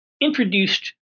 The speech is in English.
introduced